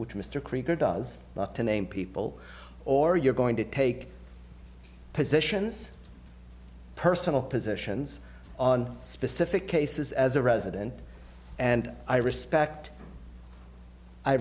which mr krieger does to name people or you're going to take positions personal positions on specific cases as a resident and i respect i